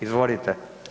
Izvolite.